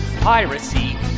Piracy